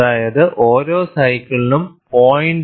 അതായത് ഓരോ സൈക്കിളിനും 0